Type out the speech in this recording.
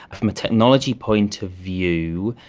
ah from a technology point of view,